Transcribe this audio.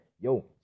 yo